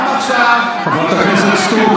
גם עכשיו חברת הכנסת סטרוק,